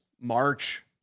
March